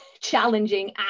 challenging